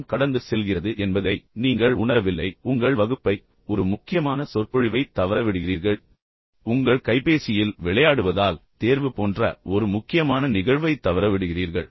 நேரம் கடந்து செல்கிறது என்பதை நீங்கள் ஒருபோதும் உணரவில்லை உங்கள் வகுப்பை நீங்கள் இழக்கிறீர்கள் ஒரு முக்கியமான சொற்பொழிவைத் தவறவிடுகிறீர்கள் நீங்கள் உங்கள் கைபேசியில் விளையாடுவதால் தேர்வு போன்ற ஒரு முக்கியமான நிகழ்வை நீங்கள் தவறவிடுகிறீர்கள்